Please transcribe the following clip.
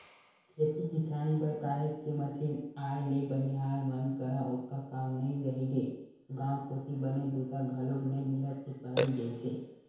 खेती किसानी बर काहेच के मसीन आए ले बनिहार मन करा ओतका काम नइ रहिगे गांव कोती बने बूता घलोक नइ मिलत हे पहिली जइसे